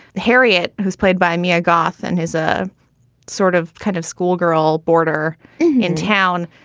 harriet, who's played by mia goth and is a sort of kind of schoolgirl border in town,